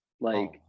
Like-